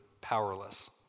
powerless